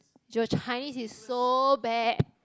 your Chinese is so bad